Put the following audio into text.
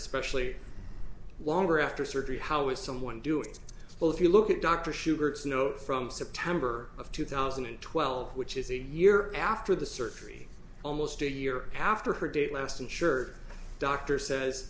especially longer after surgery how is someone doing well if you look at dr schubert's note from september of two thousand and twelve which is a year after the surgery almost a year after her date last insured doctor says